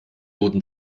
wurden